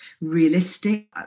realistic